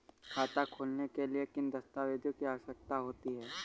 खाता खोलने के लिए किन दस्तावेजों की आवश्यकता होती है?